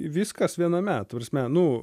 viskas viename ta prasme nu